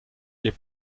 les